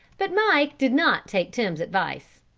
but mike did not take tim's advice.